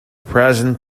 present